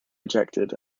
ejected